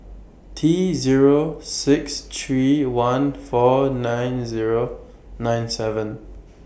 T Zero six three one four nine Zero nine seven